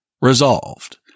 Resolved